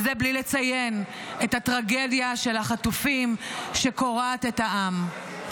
וזה בלי לציין את הטרגדיה של החטופים שקורעת את העם.